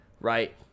right